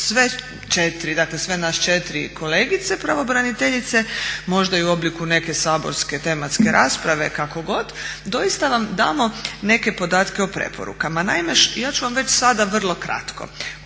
sve nas četiri kolegice pravobraniteljice, možda i u obliku neke saborske tematske rasprave kako god doista vam damo neke podatke o preporukama. Naime, ja ću vam već sada vrlo kratko.